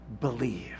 believe